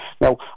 Now